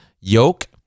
yoke